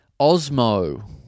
Osmo